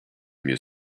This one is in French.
mieux